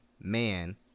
man